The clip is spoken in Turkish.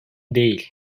değil